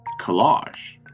collage